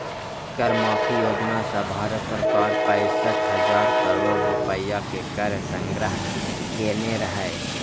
कर माफी योजना सं भारत सरकार पैंसठ हजार करोड़ रुपैया के कर संग्रह केने रहै